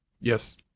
Yes